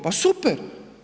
Pa super.